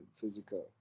physical